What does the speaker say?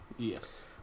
Yes